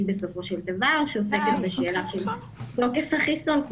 בסופו של דבר שעוסקת בשאלה של תוקף החיסון.